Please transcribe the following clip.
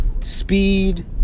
speed